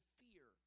fear